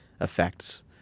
effects